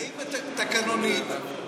האם תקנונית,